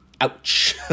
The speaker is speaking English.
Ouch